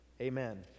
Amen